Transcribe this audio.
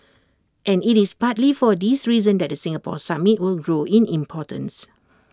and IT is partly for this reason that the Singapore summit will grow in importance